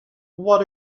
what